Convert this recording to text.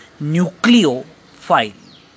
nucleophile